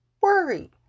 worry